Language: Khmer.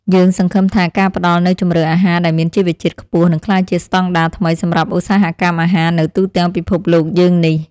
យើងសង្ឃឹមថាការផ្តល់នូវជម្រើសអាហារដែលមានជីវជាតិខ្ពស់នឹងក្លាយជាស្តង់ដារថ្មីសម្រាប់ឧស្សាហកម្មអាហារនៅទូទាំងពិភពលោកយើងនេះ។